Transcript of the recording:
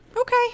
Okay